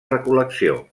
recol·lecció